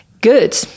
Good